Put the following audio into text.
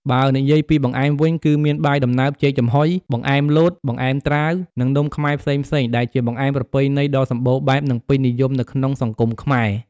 បើនិយាយពីបង្អែមវិញ គឺមានបាយដំណើបចេកចំហុយ បង្អែមលត បង្អែមត្រាវ និងនំខ្មែរផ្សេងៗ ដែលជាបង្អែមប្រពៃណីដ៏សម្បូរបែប និងពេញនិយមនៅក្នុងសង្គមខ្មែរ។